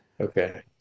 Okay